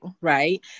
right